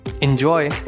Enjoy